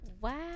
Wow